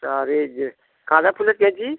আর আর এই যে গাঁদা ফুলের কেজি